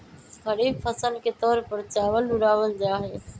खरीफ फसल के तौर पर चावल उड़ावल जाहई